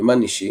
יומן אישי